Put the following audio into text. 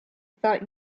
thought